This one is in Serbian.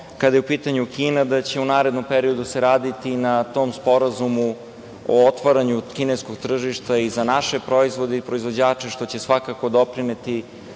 kada je u pitanju Kina, da će se u narednom periodu raditi na tom Sporazumu o otvaranju kineskog tržišta i za naše proizvode i proizvođače, što će svakako doprineti